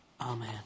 Amen